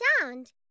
sound